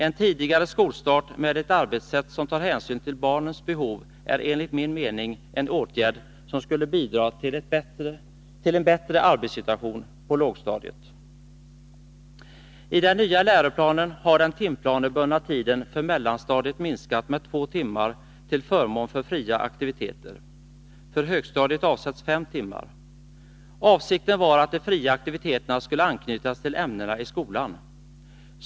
En tidigare skolstart med ett arbetssätt som tar hänsyn till barnens behov är enligt min mening en åtgärd som skulle bidra till en bättre arbetssituation på lågstadiet. I den nya läroplanen har den timplanebundna tiden för mellanstadiet minskats med två timmar till förmån för fria aktiviteter. För högstadiet avsätts fem timmar. Avsikten var att de fria aktiviteterna skulle anknytas till ämnena i skolan.